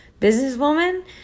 businesswoman